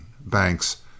Banks